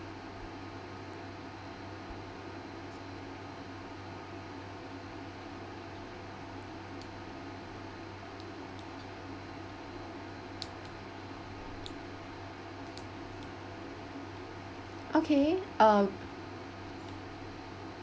okay uh